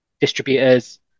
distributors